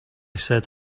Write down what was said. said